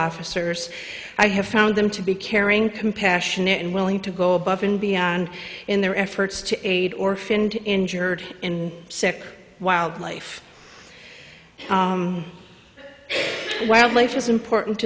officers i have found them to be caring compassionate and willing to go above and beyond in their efforts to aid orphaned injured and sick wildlife wildlife is important